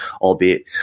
albeit